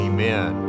Amen